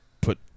put